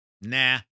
Nah